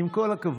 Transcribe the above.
עם כל הכבוד,